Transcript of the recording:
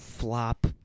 flop